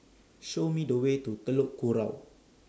Show Me The Way to Telok Kurau